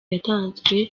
yatanzwe